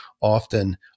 often